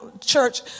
church